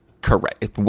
Correct